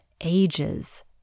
ages